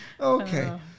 Okay